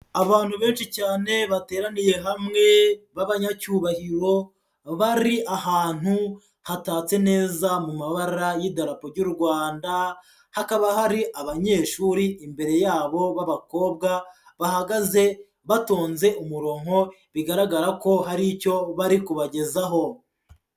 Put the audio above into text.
Abantu benshi cyane bateraniye hamwe b'abanyacyubahiro, bari ahantu hatatse neza mu mabara y'idarapo ry'u Rwanda, hakaba hari abanyeshuri imbere yabo b'abakobwa bahagaze batonze umurongo bigaragara ko hari icyo bari kubagezaho.